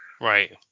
Right